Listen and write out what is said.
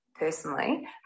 personally